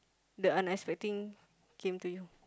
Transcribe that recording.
the unexpecting came to you